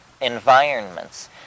environments